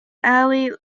early